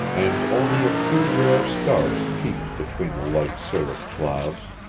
and only a few rare stars peeped between the light cirrus clouds.